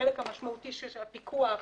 החלק המשמעותי של הפיקוח,